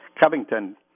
Covington